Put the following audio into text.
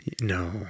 No